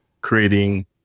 creating